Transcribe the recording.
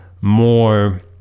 more